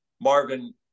Marvin